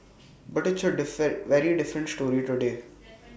but it's A differ very different story today